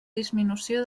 disminució